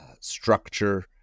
structure